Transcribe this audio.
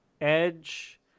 Edge